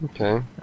Okay